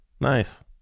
Nice